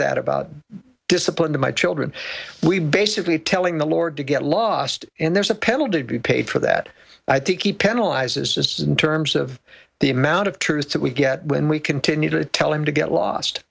that about discipline to my children we basically telling the lord to get lost and there's a penalty to be paid for that i think he penalizes in terms of the amount of truth that we get when we continue to tell him to get lost